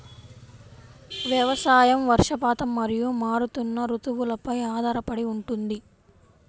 వ్యవసాయం వర్షపాతం మరియు మారుతున్న రుతువులపై ఆధారపడి ఉంటుంది